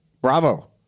Bravo